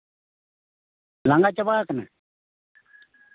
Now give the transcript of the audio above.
ᱞᱟᱝᱜᱟ ᱪᱟᱵᱟ ᱟᱠᱟᱱᱟᱭ